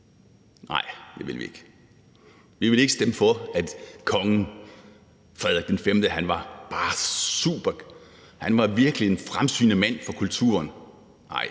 Nej, det vil vi ikke. Vi vil ikke stemme for, at kongen, Frederik V, bare var super, at han virkelig